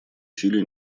силе